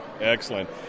Excellent